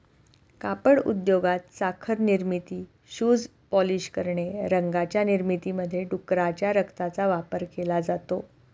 कापड उद्योगात, साखर निर्मिती, शूज पॉलिश करणे, रंगांच्या निर्मितीमध्ये डुकराच्या रक्ताचा वापर केला जातो